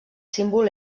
símbol